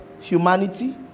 humanity